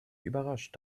überrascht